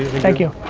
thank you.